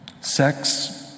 sex